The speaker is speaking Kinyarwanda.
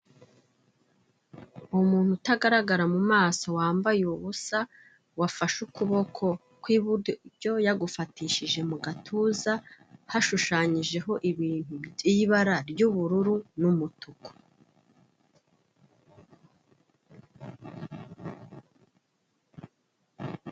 Umuntu utagaragara mu maso wambaye ubusa, wafashe ukuboko kw'ibubyo yagufatishije mu gatuza, hashushanyijeho ibintu by'ibara ry'ubururu n'umutuku.